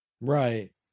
Right